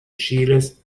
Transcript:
chiles